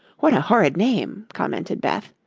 what a horrid name, commented beth,